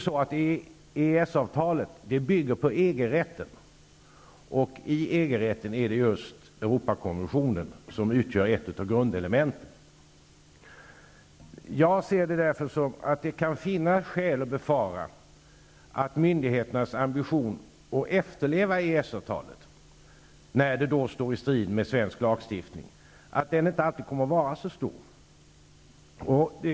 EES-avtalet bygger på EG-rätten, och i EG-rätten utgör Europakonventionen ett av grundelementen. Jag säger det därför att det kan finnas skäl att befara att myndigheternas ambition att efterleva EES-avtalet när det står i strid med svensk lagstiftning inte alltid kommer att vara så stor.